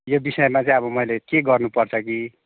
यो विषयमा चाहिँ अब मैले के गर्नुपर्छ कि